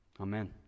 Amen